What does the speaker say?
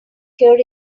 here